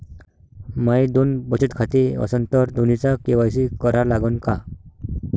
माये दोन बचत खाते असन तर दोन्हीचा के.वाय.सी करा लागन का?